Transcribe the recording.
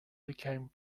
became